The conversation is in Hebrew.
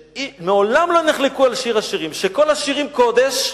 שמעולם לא נחלקו על שיר השירים, "שכל כתובים קודש,